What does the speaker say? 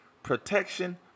Protection